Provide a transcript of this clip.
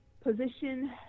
position